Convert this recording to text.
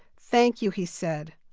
thank you, he said.